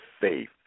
faith